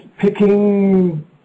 picking